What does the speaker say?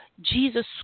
Jesus